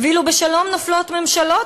ואילו בשלום נופלות ממשלות,